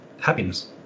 happiness